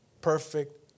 perfect